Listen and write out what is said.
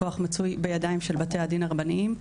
הכוח מצוי בידיים של בתי הדין הרבניים,